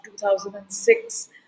2006